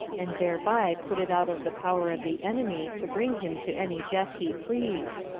and thereby put it out of the power of the enemy to bring him to any death he pleased.